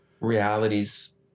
realities